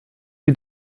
die